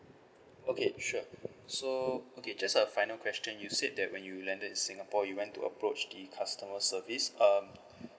okay sure so okay just a final question you said that when you landed in singapore you went to approach the customer service um